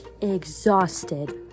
exhausted